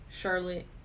charlotte